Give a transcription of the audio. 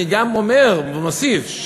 אני גם אומר ומוסיף,